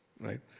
right